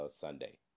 Sunday